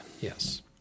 Yes